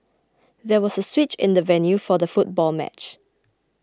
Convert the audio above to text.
there was a switch in the venue for the football match